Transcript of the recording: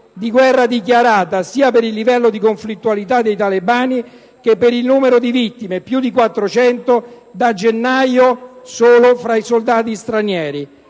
di guerra dichiarata, sia per il livello di conflittualità dei talebani che per il numero di vittime, più di 400 da gennaio solo fra i soldati stranieri.